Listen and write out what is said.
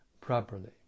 properly